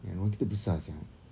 ya rumah kita besar sia